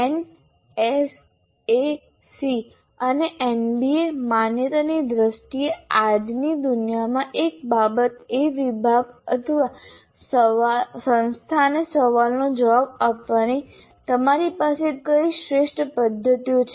NAAC અને NBA માન્યતાની દ્રષ્ટિએ આજની દુનિયામાં એક બાબત એ વિભાગ અથવા સંસ્થાએ સવાલનો જવાબ આપવાની તમારી પાસે કઈ શ્રેષ્ઠ પદ્ધતિઓ છે